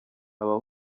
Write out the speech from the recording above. haba